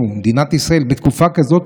תודה רבה.